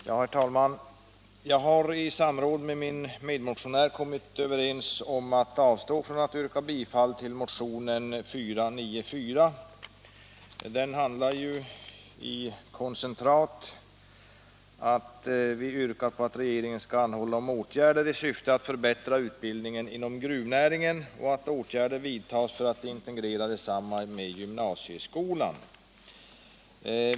Herr talman! Jag har kommit överens med min medmotionär om att avstå från att yrka bifall till motion nr 494. I motionen yrkas att riksdagen hos regeringen skall anhålla om åtgärder i syfte att förbättra utbildningen inom gruvnäringen och att åtgärder vidtas för att integrera densamma med gymnasieskolan.